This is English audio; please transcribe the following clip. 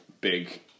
big